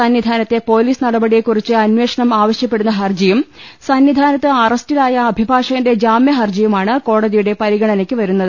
സന്നിധാ നത്തെ പൊലീസ് നടപടിയെക്കുറിച്ച് അനേഷണം ആവശ്യ പ്പെടുന്ന ഹർജിയും സന്നി ധാ നത്ത് അറസ്റ്റിലായ അഭിഭാഷകന്റെ ജാമൃഹർജിയുമാണ് കോടതിയുടെ പരിഗണനയ്ക്കു വരുന്നത്